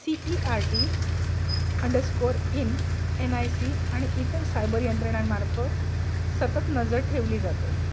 C E R T underscore in N I C आणि इतर cyber यंत्रणांमार्फत सतत नजर ठेवली जाते